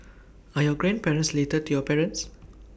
are your grandparents related to your parents